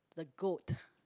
the goat